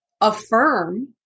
affirm